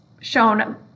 shown